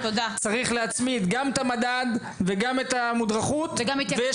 צריך להצמיד גם את המדד וגם את המודרכות ויש